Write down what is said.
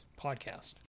podcast